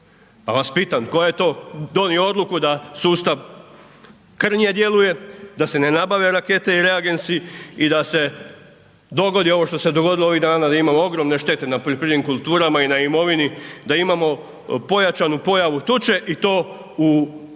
Pa vas pitam tko je to donio odluku da sustav krnje djeluje, da se ne nabavljaju rakete i reagensi i da se dogodili ovo što se dogodilo ovih dana, da imamo ogromne štete na poljoprivrednim kulturama i na imovini, da imamo pojačanu pojavu tuče i to u obliku